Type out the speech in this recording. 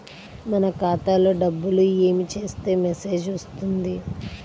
మన ఖాతాలో డబ్బులు ఏమి చేస్తే మెసేజ్ వస్తుంది?